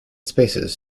spaces